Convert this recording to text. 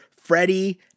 Freddie